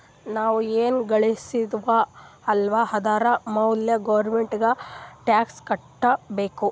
ನಾವ್ ಎನ್ ಘಳುಸ್ತಿವ್ ಅಲ್ಲ ಅದುರ್ ಮ್ಯಾಲ ಗೌರ್ಮೆಂಟ್ಗ ಟ್ಯಾಕ್ಸ್ ಕಟ್ಟಬೇಕ್